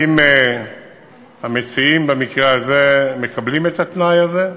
האם המציעים במקרה הזה מקבלים את התנאי הזה?